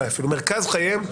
מרכז חייהם,